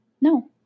No